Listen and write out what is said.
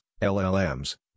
LLMs